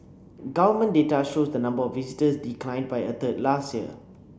government data shows the number of visitors declined by a third last year